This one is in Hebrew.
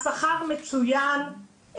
השכר מצוין,